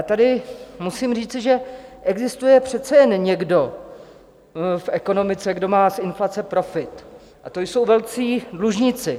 Tady musím říci, že existuje přece jen někdo v ekonomice, kdo má z inflace profit, a to jsou velcí dlužníci.